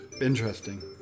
Interesting